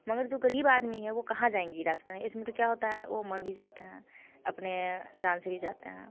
मगर जो गरीब आदमी है वो कहाँ जाएंगे इलाज कराने इसमें तो क्या होता है वो मर भी जाते हैं अपने जान से भी जाते हैं